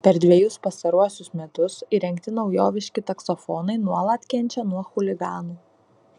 per dvejus pastaruosius metus įrengti naujoviški taksofonai nuolat kenčia nuo chuliganų